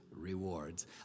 rewards